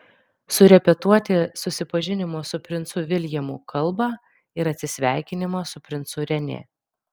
surepetuoti susipažinimo su princu viljamu kalbą ir atsisveikinimą su princu renė